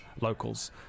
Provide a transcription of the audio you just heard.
locals